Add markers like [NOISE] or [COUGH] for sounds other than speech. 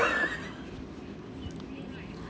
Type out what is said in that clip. [LAUGHS]